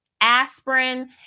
aspirin